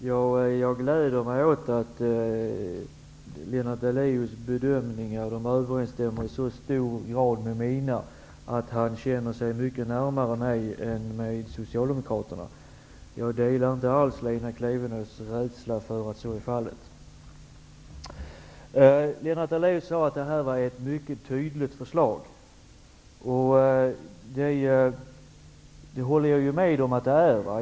Herr talman! Jag gläder mig åt att Lennart Daléus bedömningar i så hög grad överensstämmer med mina att han känner sig närmare mig än Socialdemokraterna. Jag delar inte alls Lena Klevenås rädsla för att det är så. Lennart Daléus sade att det är ett mycket tydligt förslag. Det håller jag med om att det är.